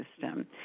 system